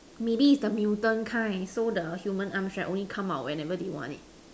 maybe if the mutant kind so the human arms right only come out whenever they want it